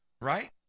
right